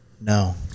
No